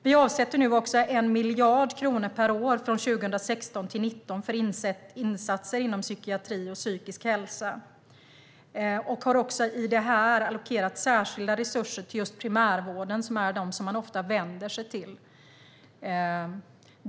Vi avsätter 1 miljard kronor per år 2016-2019 för insatser inom psykia-tri och psykisk hälsa och har i fråga om detta allokerat särskilda resurser till just primärvården, som man ofta vänder sig till.